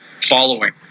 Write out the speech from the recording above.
following